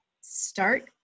start